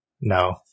No